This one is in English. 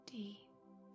deep